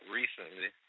recently